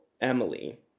Emily